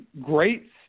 great